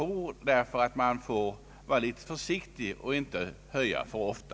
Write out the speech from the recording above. Jag tror därför att man bör vara litet försiktig och inte höja för ofta.